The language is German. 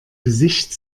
gesicht